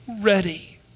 ready